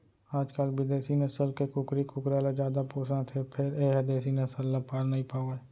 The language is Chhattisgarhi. आजकाल बिदेसी नसल के कुकरी कुकरा ल जादा पोसत हें फेर ए ह देसी नसल ल पार नइ पावय